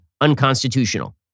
unconstitutional